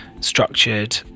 structured